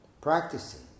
Practicing